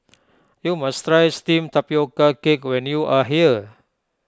you must try Steamed Tapioca Cake when you are here